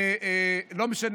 לא משנה